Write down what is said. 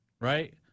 right